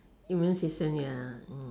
immune system ya